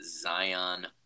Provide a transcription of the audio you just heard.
Zion